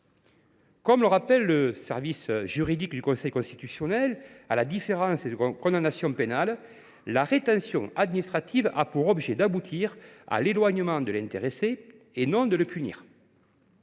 Comme le rappelle le service juridique du Conseil constitutionnel, à la différence des condamnations pénales, la rétention administrative a pour objet d’aboutir à l’éloignement de l’intéressé et non pas de le punir.